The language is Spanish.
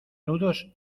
nudos